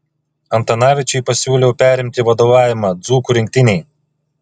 antanaičiui pasiūliau perimti vadovavimą dzūkų rinktinei